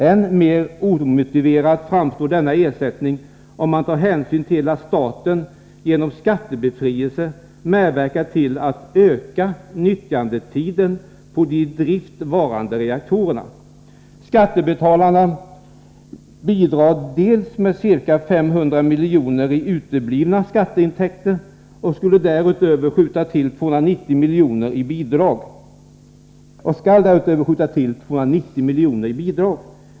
Än mer omotiverad framstår denna ersättning om man tar hänsyn till att staten genom skattebefrielse medverkar till att öka nyttjandetiden för de i drift varande reaktorerna. Skattebetalarna bidrar med ca 500 miljoner i uteblivna skatteintäkter och skall därutöver skjuta till 290 miljoner i bidrag.